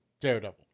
Daredevil